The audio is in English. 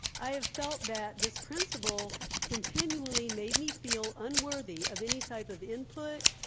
i have felt that this principal continually made me feel unworthy of any type of input.